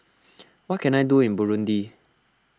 what can I do in Burundi